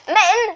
men